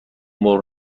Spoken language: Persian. مرغ